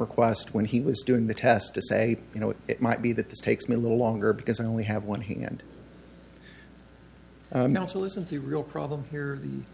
request when he was doing the test to say you know it might be that this takes me a little longer because i only have one hand also isn't the real problem here the